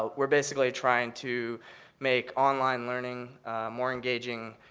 ah we're basically trying to make online learning more engaging,